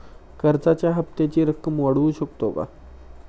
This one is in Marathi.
कर्जाच्या हप्त्याची रक्कम वाढवू शकतो का?